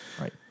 Right